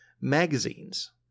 Magazines